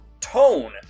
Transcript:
tone